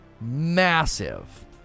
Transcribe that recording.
Massive